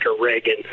Reagan